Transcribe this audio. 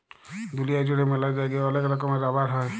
দুলিয়া জুড়ে ম্যালা জায়গায় ওলেক রকমের রাবার হ্যয়